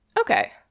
Okay